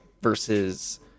versus